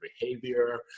behavior